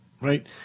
right